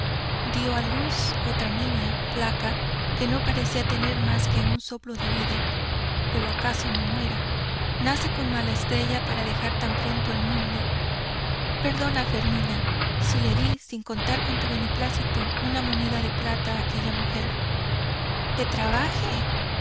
dio a luz otra niña flaca y que no parecía tener más que un soplo de vida pero acaso no muera nace con mala estrella para dejar tan pronto el mundo perdona fermina si le di sin contar con tu beneplácito una moneda de plata a aquella mujer que trabaje